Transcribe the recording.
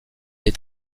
est